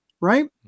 right